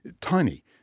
Tiny